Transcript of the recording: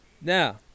Now